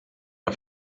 auf